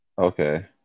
Okay